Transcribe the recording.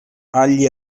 agli